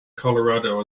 colorado